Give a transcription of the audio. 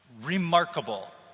Remarkable